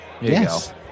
yes